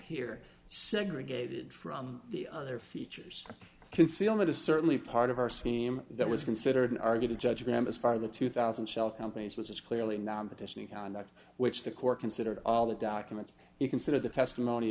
here segregated from the other features concealment is certainly part of our scheme that was considered an argue to judge them as part of the two thousand shell companies which is clearly not what this new conduct which the court considered all the documents you consider the testimony